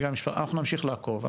אנחנו נמשיך לעקוב.